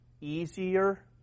easier